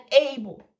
able